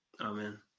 Amen